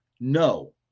No